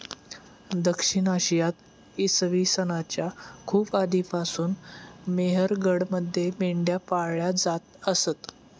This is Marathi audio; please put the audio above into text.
दक्षिण आशियात इसवी सन च्या खूप आधीपासून मेहरगडमध्ये मेंढ्या पाळल्या जात असत